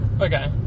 Okay